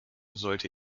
sollte